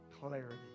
clarity